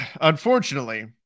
unfortunately